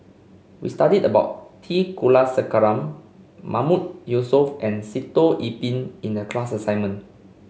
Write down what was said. we studied about T Kulasekaram Mahmood Yusof and Sitoh Yih Pin in the class assignment